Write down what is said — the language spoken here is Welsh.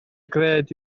gred